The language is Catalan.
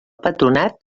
patronat